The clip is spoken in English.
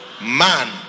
man